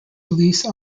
release